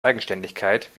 eigenständigkeit